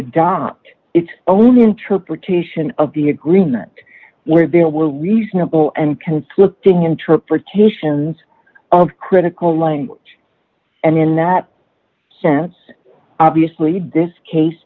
adopt its only untrue partition of the agreement where there were reasonable and conflicting interpretations of critical language and in that sense obviously this case